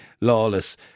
Lawless